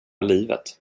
livet